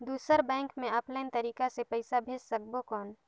दुसर बैंक मे ऑफलाइन तरीका से पइसा भेज सकबो कौन?